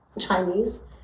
Chinese